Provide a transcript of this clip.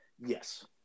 Yes